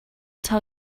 tell